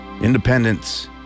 independence